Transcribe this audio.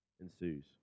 ensues